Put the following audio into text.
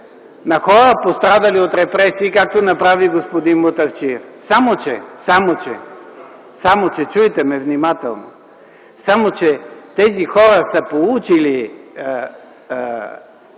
на хора, пострадали от репресии, както направи господин Мутафчиев. Само че – чуйте ме внимателно – тези хора са получили